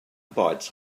bites